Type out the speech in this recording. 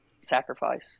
sacrifice